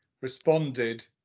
responded